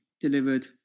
delivered